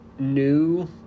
new